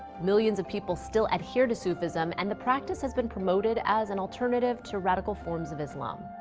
millions of people still adhere to sufism, and the practice has been promoted as an alternative to radical forms of islam.